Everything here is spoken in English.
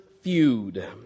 Feud